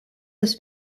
dass